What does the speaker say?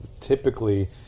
typically